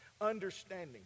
understanding